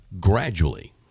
gradually